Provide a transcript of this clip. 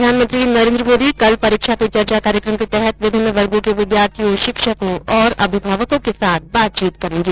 प्रधानमंत्री नरेन्द्र मोदी कल परीक्षा पे चर्चा कार्यक्रम के तहत विभिन्न वर्गो के विद्यार्थियों शिक्षकों और अभिभावकों के साथ बातचीत करेंगे